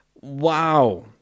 wow